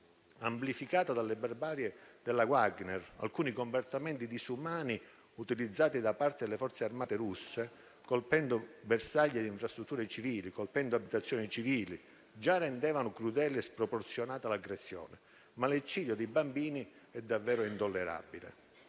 amplificata dalle barbarie del gruppo Wagner. Alcuni comportamenti disumani utilizzati da parte delle forze armate russe, colpendo bersagli e infrastrutture civili, colpendo abitazioni civili, già rendevano crudele e sproporzionata l'aggressione; ma l'eccidio di bambini è davvero intollerabile.